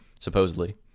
supposedly